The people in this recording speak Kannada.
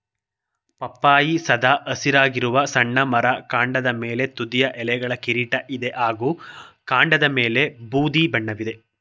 ಪಪ್ಪಾಯಿ ಸದಾ ಹಸಿರಾಗಿರುವ ಸಣ್ಣ ಮರ ಕಾಂಡದ ಮೇಲೆ ತುದಿಯ ಎಲೆಗಳ ಕಿರೀಟ ಇದೆ ಹಾಗೂ ಕಾಂಡದಮೇಲೆ ಬೂದಿ ಬಣ್ಣವಿದೆ